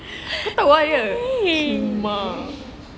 ku ketawa mak